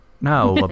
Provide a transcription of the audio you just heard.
No